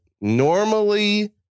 normally